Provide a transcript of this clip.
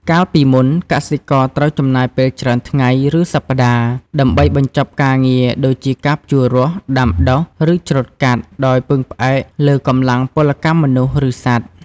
កាលពីមុន កសិករត្រូវចំណាយពេលច្រើនថ្ងៃ ឬសប្តាហ៍ ដើម្បីបញ្ចប់ការងារដូចជាការភ្ជួររាស់ ដាំដុះ ឬច្រូតកាត់ ដោយពឹងផ្អែកលើកម្លាំងពលកម្មមនុស្ស ឬសត្វ។